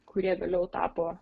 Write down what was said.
kurie vėliau tapo